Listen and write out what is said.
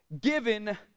given